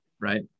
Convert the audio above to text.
right